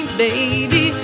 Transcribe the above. baby